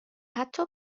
حتی